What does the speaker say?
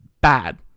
bad